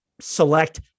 select